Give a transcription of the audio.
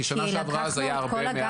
כי שנה שעברה זה היה הרבה מעל.